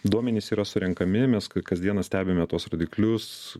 duomenys yra surenkami mes kasdieną stebime tuos rodiklius